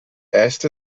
äste